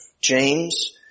James